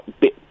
bit